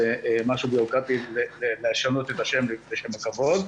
משהו בירוקרטי לשנות את השם לשם הכבוד.